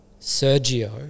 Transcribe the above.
Sergio